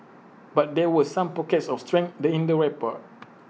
but there were some pockets of strength in the report